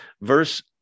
Verse